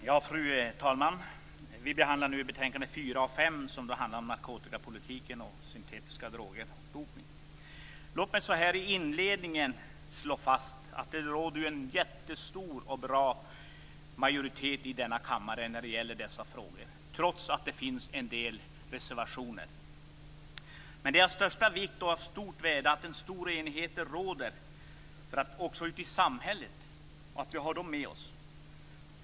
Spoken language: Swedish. Fru talman! Vi behandlar nu betänkandena SoU4 Låt mig inledningsvis slå fast att det råder en jättestor och bra majoritet i denna kammare när det gäller dessa frågor, trots att det finns en del reservationer. Det är dock av största vikt och av stort värde att en stor enighet om detta råder också bland människorna ute i samhället och att vi har dem med oss.